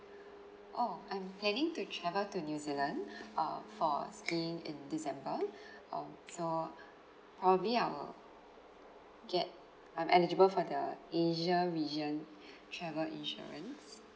oh I'm planning to travel to new zealand uh for skiing in december um so probably I will get I'm eligible for the asia region travel insurance